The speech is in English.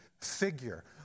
figure